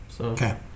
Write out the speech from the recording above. Okay